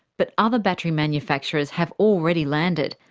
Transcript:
but other battery manufacturers have already landed,